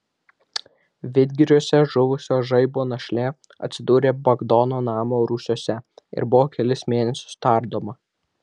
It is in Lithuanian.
vidgiriuose žuvusio žaibo našlė atsidūrė bagdono namo rūsiuose ir buvo kelis mėnesius tardoma